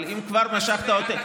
אבל אם כבר משכת אותי,